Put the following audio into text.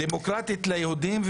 דמוקרטית ליהודים,